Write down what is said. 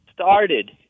started